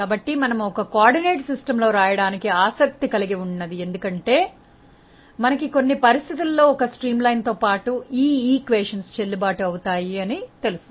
కాబట్టి మనము ఒక ప్రసరణ సమన్వయ వ్యవస్థలో రాయడానికి ఆసక్తి కలిగి ఉన్నది ఎందుకంటే మనకి కొన్ని పరిస్థితులలో ఒక స్ట్రీమ్లైన్ తో పాటు ఈ సమీకరణాలు చెల్లుబాటు అవుతాయి ఆని తెలుసు